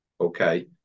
okay